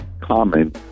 common